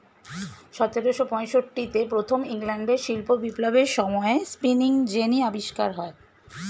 সতেরোশো পঁয়ষট্টিতে প্রথম ইংল্যান্ডের শিল্প বিপ্লবের সময়ে স্পিনিং জেনি আবিষ্কার হয়